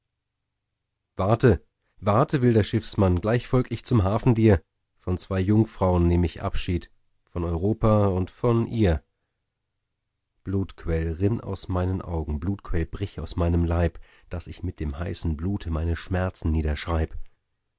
warte warte wilder schiffsmann gleich folg ich zum hafen dir von zwei jungfraun nehm ich abschied von europa und von ihr blutquell rinn aus meinen augen blutquell brich aus meinem leib daß ich mit dem heißen blute meine schmerzen niederschreib